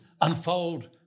unfold